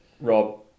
Rob